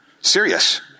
serious